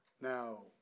Now